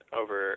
over –